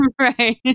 right